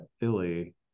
Philly